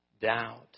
doubt